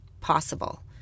possible